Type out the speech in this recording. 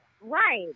Right